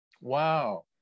wow